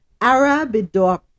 Arabidopsis